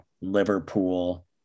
Liverpool